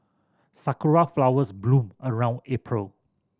sakura flowers bloom around April